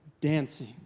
dancing